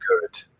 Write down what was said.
good